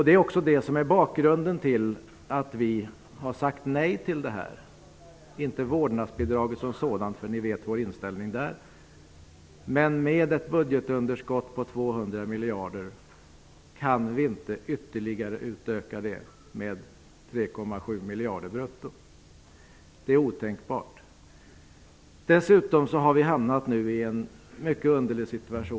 Det är också det som är bakgrunden till att vi har sagt nej till regeringens förslag, inte till vårdnadsbidraget som sådant -- vår inställning till det är känd. Men vi kan inte utöka ett budgetunderskott på 200 miljarder med ytterligare 3,7 miljarder brutto. Det är otänkbart. Vi har dessutom nu hamnat i en mycket underlig situation.